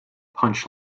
punch